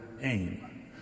aim